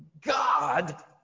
God